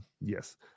yes